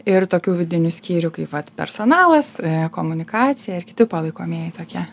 ir tokių vidinių skyrių kaip vat personalas komunikacija ir kiti palaikomieji tokie